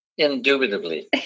Indubitably